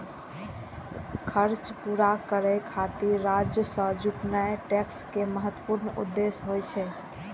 खर्च पूरा करै खातिर राजस्व जुटेनाय टैक्स के महत्वपूर्ण उद्देश्य होइ छै